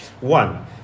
one